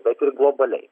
bet ir globaliai